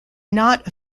not